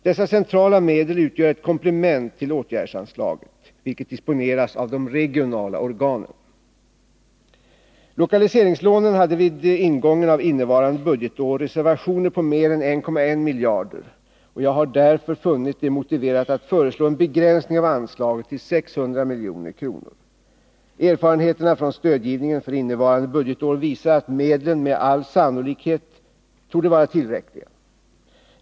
Dessa centrala medel utgör ett komplement till åtgärdsanslaget, vilket disponeras av de regionala organen. Lokaliseringslånen hade vid ingången av innevarande budgetår reservationer på mer än 1,1 miljard, och jag har därför funnit det motiverat att föreslå en begränsning av anslaget till 600 milj.kr. Erfarenheterna från stödgivningen för innevarande budgetår visar att medlen med all sannolikhet torde vara tillräckliga.